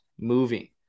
moving